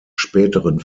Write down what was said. späteren